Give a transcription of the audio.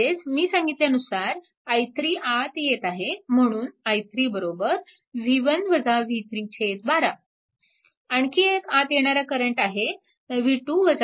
म्हणजेच मी सांगितल्यानुसार i3 आत येत आहे म्हणून i3 12 आणखी एक आत येणारा करंट आहे 4